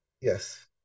Yes